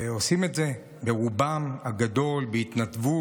ועושים את זה ברובם הגדול בהתנדבות,